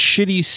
shitty